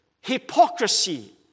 hypocrisy